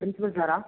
principal Sarah